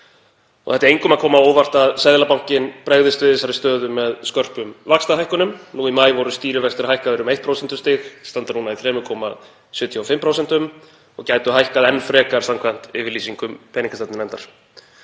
Það ætti engum að koma á óvart að Seðlabankinn bregðist við þessari stöðu með skörpum vaxtahækkunum. Nú í maí voru stýrivextir hækkaðir um eitt prósentustig, standa núna í 3,75%, og gætu hækkað enn frekar samkvæmt yfirlýsingum peningastefnunefndar.